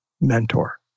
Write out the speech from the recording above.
mentor